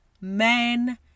Men